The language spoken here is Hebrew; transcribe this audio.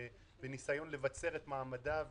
יש ניסיון לבצר את מעמדה.